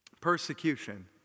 Persecution